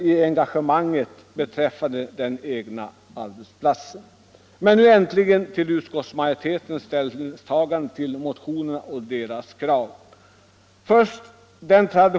Men nu äntligen till utskottsmajoritetens ställningstagande och till motionskraven.